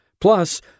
Plus